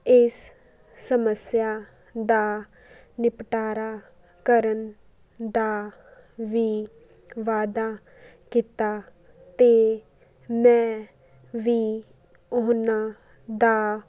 ਇਸ ਸਮੱਸਿਆ ਦਾ ਨਿਪਟਾਰਾ ਕਰਨ ਦਾ ਵੀ ਵਾਅਦਾ ਕੀਤਾ ਅਤੇ ਮੈਂ ਵੀ ਉਹਨਾਂ ਦਾ